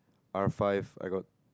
R five I got